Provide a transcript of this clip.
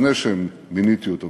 לפני שמיניתי אותו,